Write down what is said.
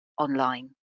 online